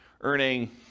earning